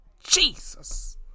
Jesus